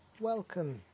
Welcome